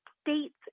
states